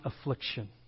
affliction